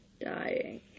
dying